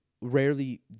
rarely